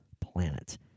planet